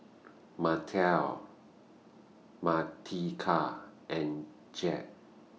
Martell Martika and Jett